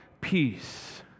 Peace